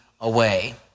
away